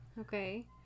Okay